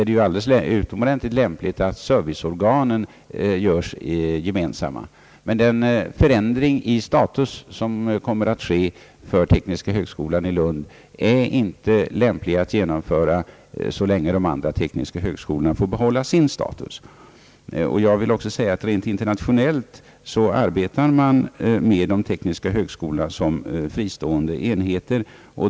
Det är tvärtom utomordentligt lämpligt att serviceorganen görs gemensamma. Det är dock inte lämpligt att genomföra en förändring i status för tekniska högskolan i Lund så länge de andra tekniska högskolorna får behålla sin status. Internationellt arbetar de tekniska högskolorna som fristående enheter.